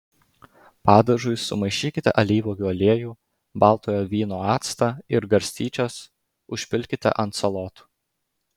padažui sumaišykite alyvuogių aliejų baltojo vyno actą ir garstyčias užpilkite ant salotų